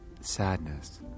sadness